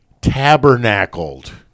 tabernacled